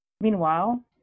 Meanwhile